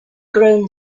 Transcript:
grown